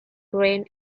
green